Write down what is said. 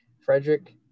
Frederick